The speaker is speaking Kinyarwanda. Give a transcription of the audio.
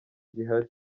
gihari